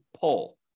pull